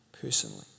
personally